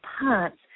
parts